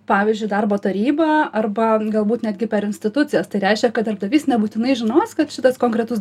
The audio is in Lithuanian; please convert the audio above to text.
pavyzdžiui darbo tarybą arba galbūt netgi per institucijas tai reiškia kad darbdavys nebūtinai žinos kad šitas konkretus